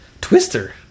Twister